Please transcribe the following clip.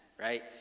right